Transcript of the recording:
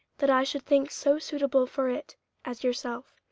that i should think so suitable for it as yourself.